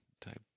type